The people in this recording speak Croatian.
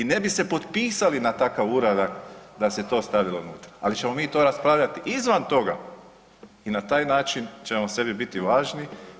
I ne bi se potpisali na takav uradak da se to stavilo unutra, ali ćemo mi to raspravljati izvan toga i na taj način ćemo sebi biti važni.